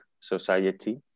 society